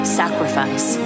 sacrifice